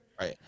Right